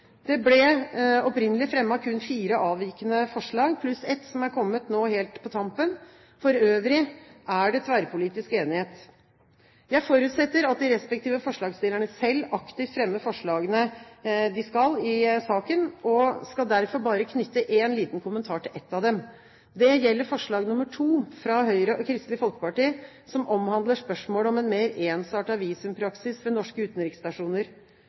Det ble opprinnelig fremmet kun fire avvikende forslag, pluss ett som har kommet nå, helt på tampen. For øvrig er det tverrpolitisk enighet. Jeg forutsetter at de respektive forslagsstillerne selv aktivt fremmer forslagene i saken, og skal derfor bare knytte en liten kommentar til ett av dem. Det gjelder forslag nr. 2, fra Høyre og Kristelig Folkeparti, som omhandler spørsmålet om en mer ensartet visumpraksis ved norske utenriksstasjoner.